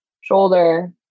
shoulder